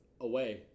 away